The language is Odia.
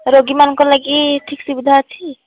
ରୋଗୀମାନଙ୍କ ଲାଗି ଠିକ୍ ସୁବିଧା ଅଛି